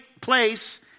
place